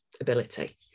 ability